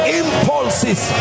impulses